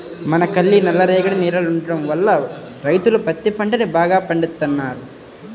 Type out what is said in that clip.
మనకల్లి నల్లరేగడి నేలలుండటం వల్ల రైతులు పత్తి పంటని బాగా పండిత్తన్నారు